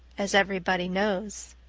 as everybody knows.